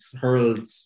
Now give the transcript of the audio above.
hurled